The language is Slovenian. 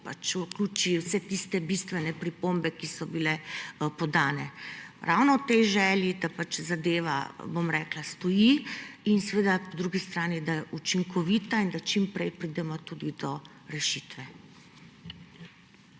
vključi vse tiste bistvene pripombe, ki so bile podane, ravno v tej želji, da zadeva stoji, in po drugi strani, da je učinkovita in da čim prej pridemo tudi do rešitve.